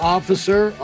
Officer